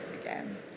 again